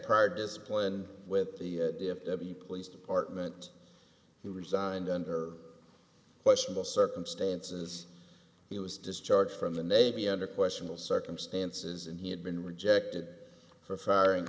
prior discipline with the police department who resigned under questionable circumstances he was discharged from the navy under questionable circumstances and he had been rejected for firing